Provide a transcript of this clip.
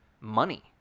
Money